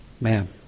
man